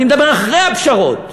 אני מדבר אחרי הפשרות.